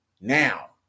now